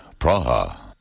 Praha